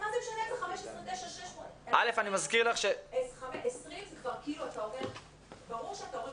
נכון שמה שאתה אומר מבחינת ה-20 מבחינת